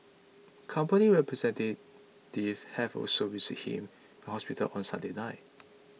company representatives had also visited him in hospital on Sunday night